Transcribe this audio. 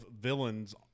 Villains